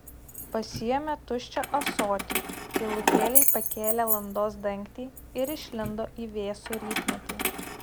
pasiėmė tuščią ąsotį tylutėliai pakėlė landos dangtį ir išlindo į vėsų rytmetį